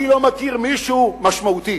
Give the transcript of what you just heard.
אני לא מכיר מישהו משמעותי